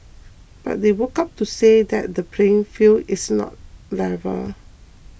but they woke up to say that the playing field is not level